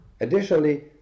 Additionally